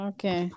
Okay